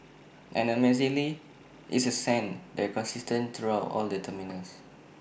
and amazingly it's A scent that's consistent throughout all the terminals